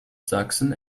sachsen